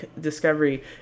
discovery